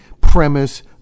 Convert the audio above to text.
premise